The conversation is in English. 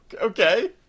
Okay